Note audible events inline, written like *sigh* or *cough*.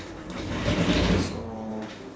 okay *noise* so